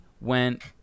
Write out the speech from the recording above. went